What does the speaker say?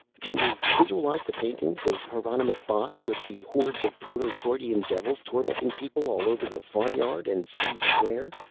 can you visualize the paintings of hieronymous bosch with the hordes of proto-freudian devils tormenting people all over the farmyard and city square?